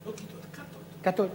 לא "כִּתות", "כָּת".